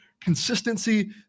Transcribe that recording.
consistency